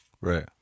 Right